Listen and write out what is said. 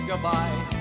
Goodbye